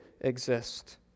exist